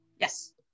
Yes